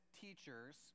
teachers